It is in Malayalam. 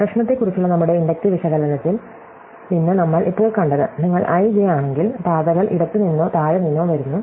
പ്രശ്നത്തെക്കുറിച്ചുള്ള നമ്മുടെ ഇൻഡക്റ്റീവ് വിശകലനത്തിൽ നിന്ന് നമ്മൾ ഇപ്പോൾ കണ്ടത് നിങ്ങൾ i j ആണെങ്കിൽ പാതകൾ ഇടത്തുനിന്നോ താഴെ നിന്നോ വരുന്നു